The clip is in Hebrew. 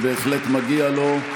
ובהחלט מגיע לו,